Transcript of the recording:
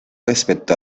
respecto